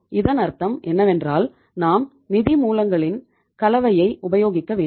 இதன் அர்த்தம் என்னவென்றால் நாம் நிதி மூலங்களின் கலவையை உபயோகிக்க வேண்டும்